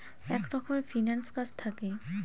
এক রকমের ফিন্যান্স কাজ থাকে